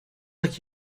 like